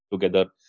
together